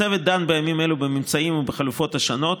הצוות דן בימים אלו בממצאים ובחלופות השונות.